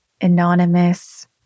anonymous